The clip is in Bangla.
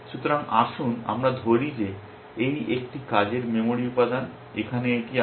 সুতরাং আসুন আমরা ধরি যে এই একটি কাজের মেমরি উপাদান এখানে এটি আছে